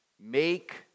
make